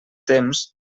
temps